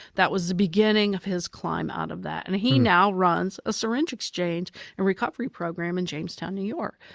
that was the beginning of his climb out of that. and he now runs a syringe exchange and recovery program in jamestown, new york,